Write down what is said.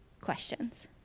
questions